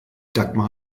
dagmar